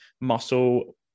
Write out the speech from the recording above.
muscle